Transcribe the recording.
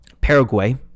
Paraguay